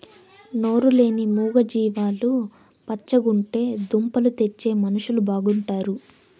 నోరు లేని మూగ జీవాలు పచ్చగుంటే దుంపలు తెచ్చే మనుషులు బాగుంటారు